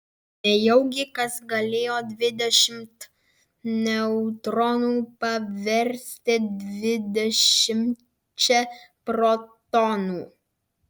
nejaugi kas galėjo dvidešimt neutronų paversti dvidešimčia protonų